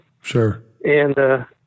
Sure